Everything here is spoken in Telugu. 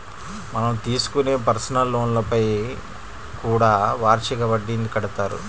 మనం తీసుకునే పర్సనల్ లోన్లపైన కూడా వార్షిక వడ్డీని కడతారు